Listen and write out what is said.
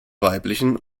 weiblichen